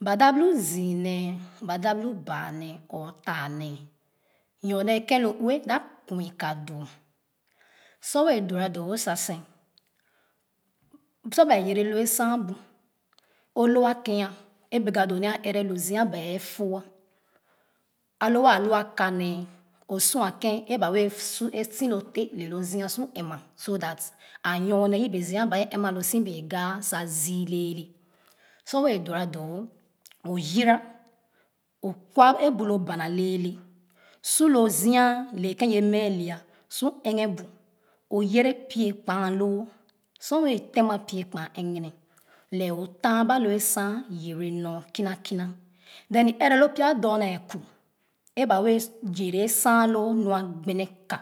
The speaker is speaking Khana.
Ba da lu zii nee ba da lu baa nee or taa nee nyone ken lo ue dap kui ka doo sor wɛɛ dora doo wo sa sen sor baa yere lo esaan bu o lo akeh e bɛga doo nee ɛrɛ loo zia baa fo'a alo waa lua kane o sua ken eba wɛɛ su esi loo te'h ne lo zia kuma so that anyone yebe lo zia ba kuma lo so bee ga sa zii lɛɛlɛ sor wɛɛ dora doo wo o yora o kwa e'bulo bana lɛɛlɛ su lo zia le ke'n ye mɛɛ le'a su ɛghɛ bu oyere pie kpa loo sor wɛɛ tena pie kpa ɛgɛnɛ lɛ o tanba lo asaan yere nyo kina kina then i ɛrɛ loo pya dorna aku e'ba wɛɛ yere asaan nua gbeneka